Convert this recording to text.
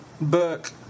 book